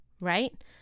right